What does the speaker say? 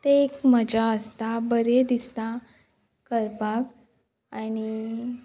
तें एक मजा आसता बरें दिसता करपाक आनी